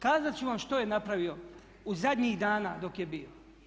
Kazati ću vam što je napravio u zadnjih dana dok je bio.